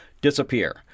disappear